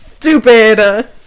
Stupid